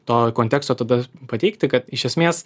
to konteksto tada pateikti kad iš esmės